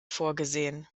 vorgesehen